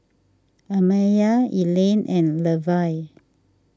Amaya Elaine and Levie